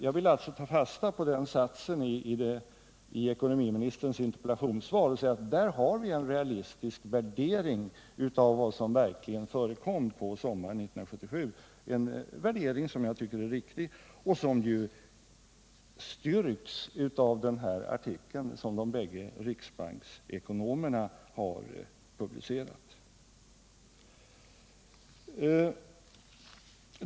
Jag vill alltså ta fasta på den satsen i ekonomiministerns interpellationssvar och säga att där har vi en realistisk värdering av vad som verkligen förekom på sommaren 1977 — en värdering som jag tycker är riktig och som ju styrks av den artikel som de bägge riksbanksekonomerna har publicerat.